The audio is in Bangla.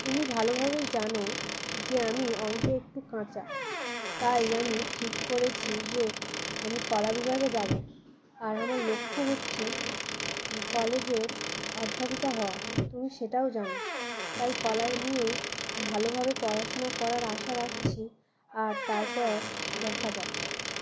তুমি ভালোভাবেই জানো যে আমি অঙ্কে একটু কাঁচা তাই আমি ঠিক করেছি যে আমি কলা বিভাগে যাবো আর আমার লক্ষ্য হচ্ছে কলেজের অধ্য্যাপিকা হওয়া তুমি সেটাও জানো তাই কলা নিয়ে ভালোভাবে পড়াশোনা করার আশা রাখছি আর তারপর দেখা যাক